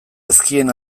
ezkien